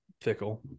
Fickle